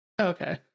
Okay